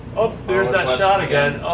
oh, there's that shot again.